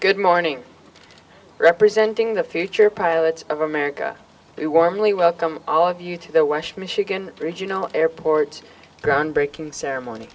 good morning representing the future pilots of america we warmly welcome all of you to the west michigan regional airport groundbreaking ceremony